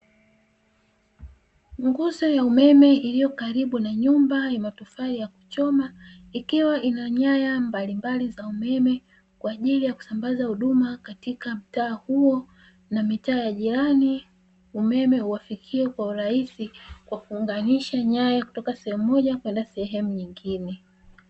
Nguzo ya umeme iliyo karibu na nyumba ya matofali ya kuchoma, ikiwa ina nyaya mbalimbali za umeme. Kwa ajili ya kusambaza huduma katika mtaa huo, na mitaa ya jirani umeme uwafikie kwa urahisi kwa kuunganisha nyaya kutoka sehemu moja kwenda sehemu nyingine.